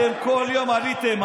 אתם כל יום עליתם.